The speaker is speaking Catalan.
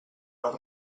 les